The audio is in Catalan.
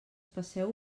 passeu